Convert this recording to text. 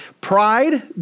pride